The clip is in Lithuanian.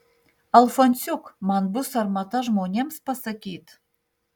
alfonsiuk man bus sarmata žmonėms pasakyt